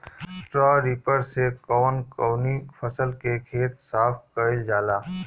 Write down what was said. Straw reaper से कवन कवनी फसल के खेत साफ कयील जाला?